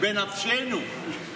בנפשנו.